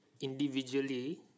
Individually